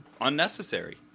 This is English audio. unnecessary